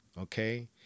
Okay